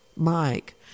Mike